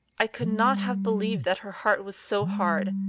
i could not have believed that her heart was so hard.